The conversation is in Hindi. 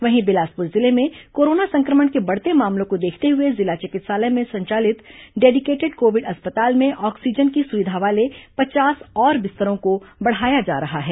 वहीं बिलासपुर जिले में कोरोना संक्रमण के बढ़ते मामलों को देखते हुए जिला चिकित्सालय में संचालित डेडीकेटेड कोविड अस्पताल में ऑक्सीजन की सुविधा वाले पचास और बिस्तरों को बढ़ाया जा रहा है